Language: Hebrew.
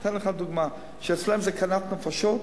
אני אתן לך דוגמה, שאצלם זה סכנת נפשות.